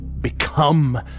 Become